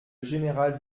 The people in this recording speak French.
général